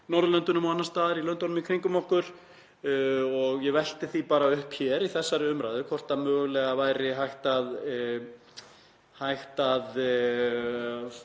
Norðurlöndunum og annars staðar í löndunum í kringum okkur. Ég velti því bara upp hér í þessari umræðu hvort mögulega væri hægt að